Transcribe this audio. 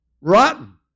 rotten